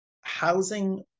housing